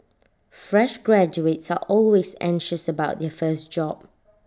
fresh graduates are always anxious about their first job